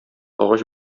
агач